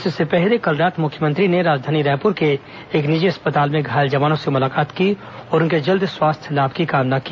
इससे पहले कल रात मुख्यमंत्री ने राजधानी रायपुर के एक निजी अस्पताल में घायल जवानों से मुलाकात की और उनके जल्द स्वास्थ्य लाभ की कामना की